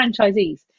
franchisees